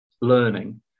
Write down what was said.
learning